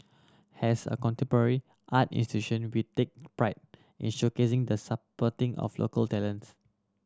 has a contemporary art institution we take pride in showcasing the supporting of local talents